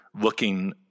looking